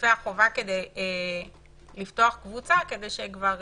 משתתפי החובה כדי לפתוח קבוצה, כדי שכבר